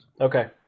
Okay